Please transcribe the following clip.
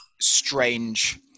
strange